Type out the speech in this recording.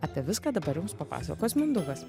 apie viską dabar jums papasakos mindaugas